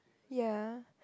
ya